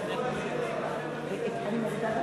בבקשה, אדוני.